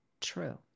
true